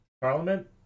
parliament